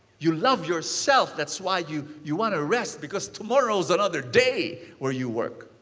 you love yourself that's why you you want to rest because tomorrow's another day where you work.